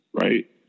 right